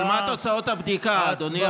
אבל מה תוצאות הבדיקה, אדוני?